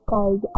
Guys